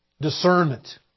discernment